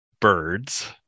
Birds